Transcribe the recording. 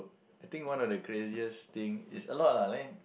I think one of the craziest thing is a lot lah